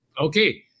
Okay